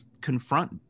confront